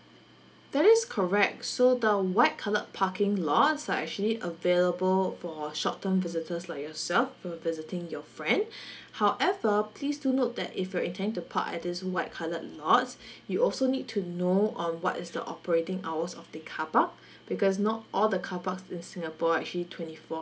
that is correct so the white coloured parking lots are actually available for short term visitors like yourself for visiting your friend however please do note that if you're intending to park at this white coloured lots you also need to know um what is the operating hours of the carpark because not all the carparks in singapore are actually twenty four